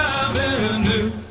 avenue